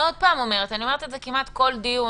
עוד פעם אני אומרת אני אומרת את זה כמעט בכל דיון,